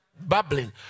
babbling